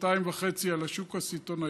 שנתיים וחצי על השוק הסיטונאי,